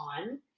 on